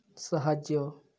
ସାହାଯ୍ୟ